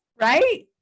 right